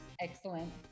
Excellent